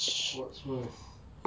portsmouth